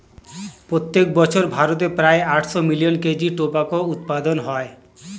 প্রত্যেক বছর ভারতে প্রায় আটশো মিলিয়ন কেজি টোবাকোর উৎপাদন হয়